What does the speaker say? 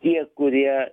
tie kurie